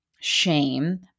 shame